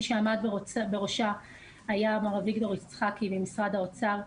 מי שעמד בראשה היה מר אביגדור יצחקי ממשרד האוצר.